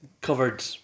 covered